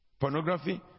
pornography